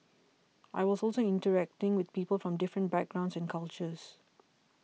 I was also interacting with people from different backgrounds and cultures